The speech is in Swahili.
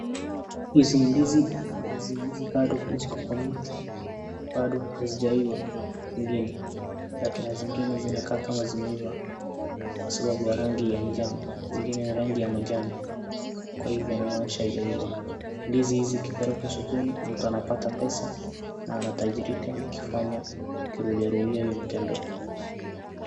Hizi ni ndizi, ndizi hizi bado ziko kwa miti bado hazijaiva zingine na kuna zingine zinakaa kama zimeiva kwa sababu ya rangi ya njano zingine ni rangi ya majani kwa hivyo inamaanisha haijaiva. ndizi hizi ikipelekwa sokoni, mtu anapata pesa na anatajirika akifanya akirudia rudia hiyo mtindo.